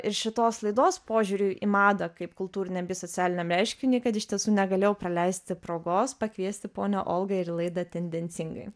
ir šitos laidos požiūriui į madą kaip kultūriniam bei socialiniam reiškiniui kad iš tiesų negalėjau praleisti progos pakviesti ponią olgą ir į laidą tendencingai